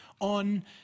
on